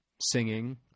singing